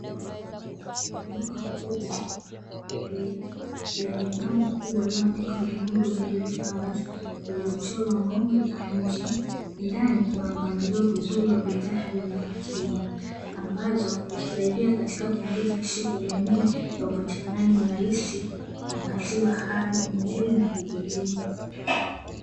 Duka kubwa lililoandikwa 'LIMURU DAILY PHARMACY' lililochorwa ng'ombe kwa nje, ndani kuna mpangilio vizuri wa bidhaa hizo za maziwa ambazo husaidia katika kuongeza lishe kwa jamii na upatikanaji wa raisi wa maziwa hayo mjini na vijijini.